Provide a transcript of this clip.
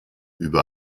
über